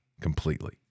completely